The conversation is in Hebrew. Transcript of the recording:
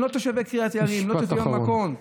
הם לא תושבי קריית יערים, הם לא תושבי המקום,